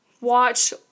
watch